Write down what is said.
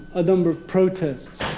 a number of protests.